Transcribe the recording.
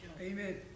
Amen